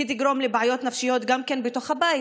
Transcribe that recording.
היא תגרום לבעיות נפשיות גם בתוך הבית.